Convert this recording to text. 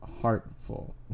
heartful